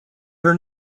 her